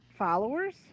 Followers